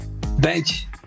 bench